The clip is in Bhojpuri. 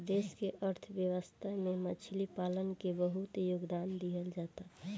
देश के अर्थव्यवस्था में मछली पालन के बहुत योगदान दीहल जाता